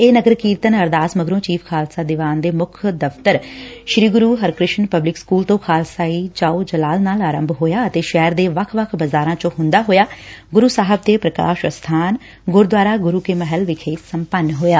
ਇਹ ਨਗਰ ਕੀਰਤਨ ਅਰਦਾਸ ਮਗਰੋਂ ਚੀਫ਼ ਖਾਲਸਾ ਦੀਵਾਨ ਦੇ ਮੁੱਖ ਦਫ਼ਤਰ ਸ੍ਰੀ ਗੁਰੁ ਹਰਿਕ੍ਰਿਸ਼ਨ ਪਬਲਿਕ ਸਕੁਲ ਤੋਂ ਖ਼ਾਲਸਾਈ ਜਾਹੋ ਜਲਾਲ ਨਾਲ ਆਰੰਭ ਹੋਇਆ ਅਤੇ ਸ਼ਹਿਰ ਦੇ ਵੱਖ ਵੱਖ ਬਜ਼ਾਰਾਂ ਚੋਂ ਹੁੰਦਾ ਹੋਇਆ ਗੁਰੂ ਸਾਹਿਬ ਦੇ ਪ੍ਰਕਾਸ਼ ਅਸਥਾਨ ਗੁਰਦੁਆਰਾ ਗੁਰੂ ਕਿ ਮਹਿਲ ਵਿਖੇ ਸੰਪਨ ਹੋਇਐ